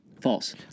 false